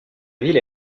ville